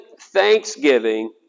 thanksgiving